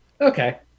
Okay